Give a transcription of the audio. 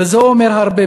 וזה אומר הרבה,